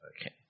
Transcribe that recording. Okay